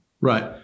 Right